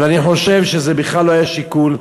אבל אני חושב שזה בכלל לא היה שיקול.